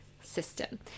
system